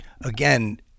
again